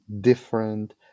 different